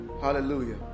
Hallelujah